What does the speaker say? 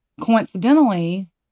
Coincidentally